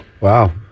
Wow